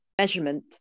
measurement